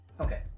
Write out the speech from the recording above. Okay